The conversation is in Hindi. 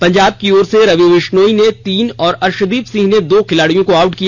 पंजाब की ओर से रवि विश्नोई ने तीन और अर्शदीप सिंह ने दो खिलाड़ियों को आउट किया